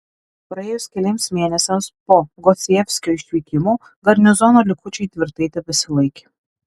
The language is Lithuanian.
praėjus keliems mėnesiams po gosievskio išvykimo garnizono likučiai tvirtai tebesilaikė